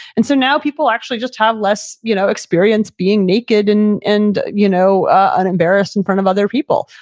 and so now people actually just have less you know experience being naked and and you know unembarrassed in front of other people.